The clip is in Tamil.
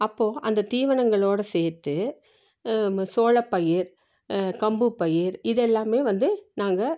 அப்போது அந்த தீவனங்களோடு சேர்த்து சோள பயிர் கம்பு பயிர் இதெல்லாம் வந்து நாங்கள்